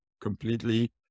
completely